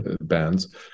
bands